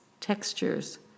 textures